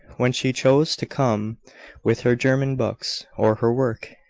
when she chose to come with her german books, or her work,